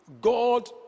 God